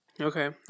Okay